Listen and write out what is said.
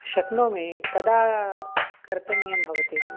शक्नोमि कदा कर्तनीयं भवति